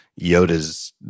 Yoda's